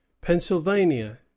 Pennsylvania